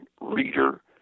reader